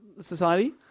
society